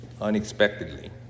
unexpectedly